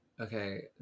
Okay